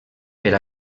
per